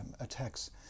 attacks